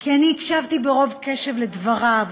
כי אני הקשבתי ברוב קשב לדבריו.